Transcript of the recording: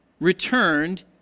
returned